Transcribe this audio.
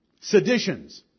Seditions